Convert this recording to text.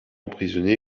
emprisonné